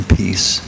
peace